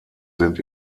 sind